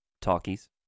talkies